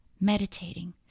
meditating